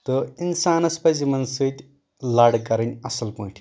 تہٕ انسانس پزِ یِمن سۭتۍ لڑ کرٕنۍ اصل پٲٹھۍ